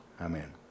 Amen